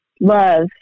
love